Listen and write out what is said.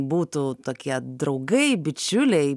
būtų tokie draugai bičiuliai